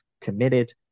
committed